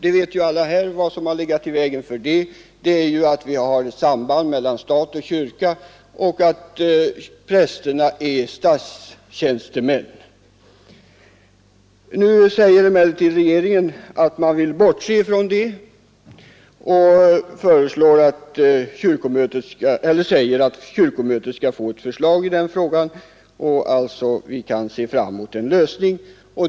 Vi vet att det som legat i vägen är sambandet mellan stat och kyrka och det förhållandet att prästerna är statstjänstemän. Nu säger emellertid regeringen att kyrkomötet skall få ett förslag i den här frågan, och vi kan se fram mot en lösning.